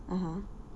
(uh huh)